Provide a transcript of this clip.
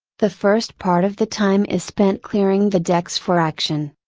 the first part of the time is spent clearing the decks for action.